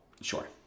Sure